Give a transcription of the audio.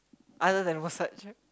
other than massage